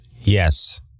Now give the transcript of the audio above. Yes